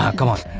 um come on!